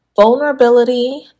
vulnerability